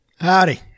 Howdy